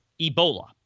Ebola